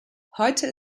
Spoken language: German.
heute